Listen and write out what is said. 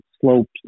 slopes